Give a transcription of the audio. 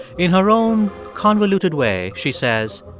in her own convoluted way, she says,